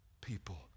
people